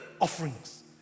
offerings